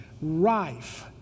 rife